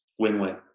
win-win